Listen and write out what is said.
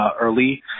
early